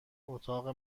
اتاق